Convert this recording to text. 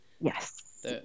Yes